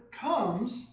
comes